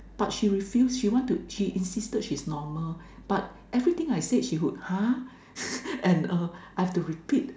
but she refuse she want to she insisted she's normal but everything I said she would !huh! and I have to repeat